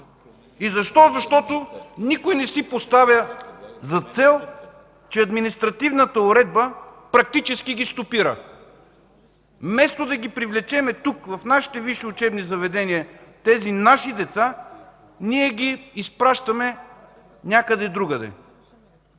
И защо? Защото никой не си поставя за цел, че административната уредба практически ги стопира. Вместо да привлечем тези наши деца тук, в нашите висши учебни заведения, ние ги изпращаме някъде другаде.